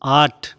আট